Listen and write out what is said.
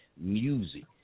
music